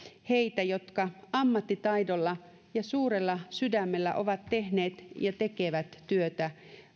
heitä jotka ammattitaidolla ja suurella sydämellä ovat tehneet ja tekevät työtä